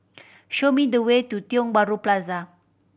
show me the way to Tiong Bahru Plaza